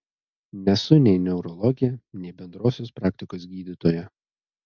nesu nei neurologė nei bendrosios praktikos gydytoja